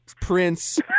Prince